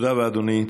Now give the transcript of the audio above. תודה רבה, אדוני.